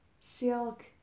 Silk